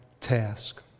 task